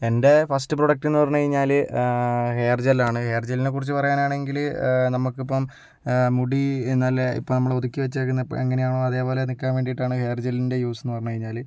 എൻ്റെ ഫസ്റ്റ് പ്രോഡക്റ്റെന്നു പറഞ്ഞ് കഴിഞ്ഞാൽ ഹെയർ ജൽ ആണ് ഹെയർ ജല്ലിനെ കുറിച്ച് പറയാനാണെങ്കിൽ നമുക്ക് ഇപ്പോൾ മുടി നല്ല ഇപ്പോൾ നമ്മൾ ഒതുക്കിവെച്ചിരിക്കുന്ന എങ്ങനെ ആണോ അതേപോലെ നിൽക്കാൻ വേണ്ടിയിട്ടാണ് ഹെയർ ജല്ലിൻ്റെ യൂസ് എന്ന് പറഞ്ഞുകഴിഞ്ഞാൽ അപ്പോൾ